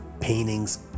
paintings